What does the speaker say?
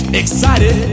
excited